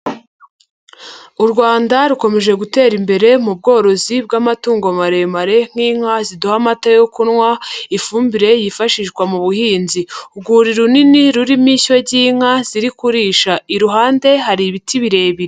U Rwanda rukomeje gutera imbere mu bworozi bw'amatungo maremare nk'inka ziduha amata yo kunywa, ifumbire yifashishwa mu buhinzi. Urwuri runini rurimo ishyo ry'inka ziri kurisha, iruhande hari ibiti birebire.